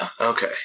Okay